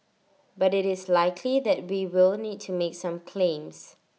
but IT is likely that we will need to make some claims